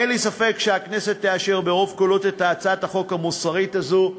אין לי ספק שהכנסת תאשר ברוב קולות את הצעת החוק המוסרית הזאת.